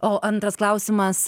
o antras klausimas